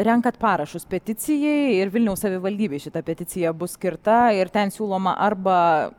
renkat parašus peticijai ir vilniaus savivaldybei šita peticija bus skirta ir ten siūloma arba